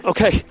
Okay